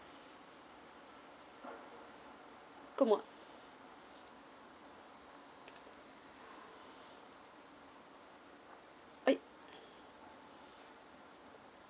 good morn !oi!